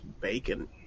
bacon